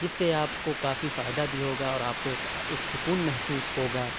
جس سے آپ کو کافی فائدہ بھی ہوگا اور آپ کو ایک ایک سکون محسوس ہوگا